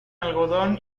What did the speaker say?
algodón